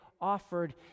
offered